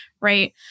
right